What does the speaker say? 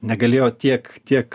negalėjo tiek tiek